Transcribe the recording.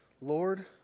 Lord